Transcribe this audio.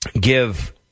give